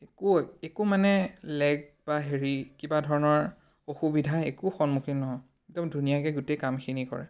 একো একো মানে লেগ বা হেৰি কিবা ধৰণৰ অসুবিধা একো সন্মুখীন নহওঁ একদম ধুনীয়াকৈ গোটেই কামখিনি কৰে